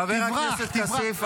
חבר הכנסת כסיף,